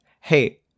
hey